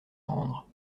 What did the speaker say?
rendre